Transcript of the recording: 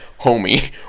homie